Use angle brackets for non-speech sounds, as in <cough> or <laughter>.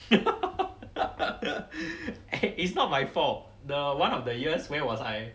<laughs> eh it's not my fault the one of the years where was I